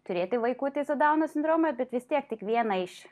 turėti vaikutį su dauno sindromu bet vis tiek tik viena iš